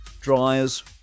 dryers